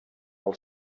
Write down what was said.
del